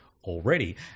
already